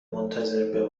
منتظر